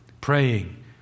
Praying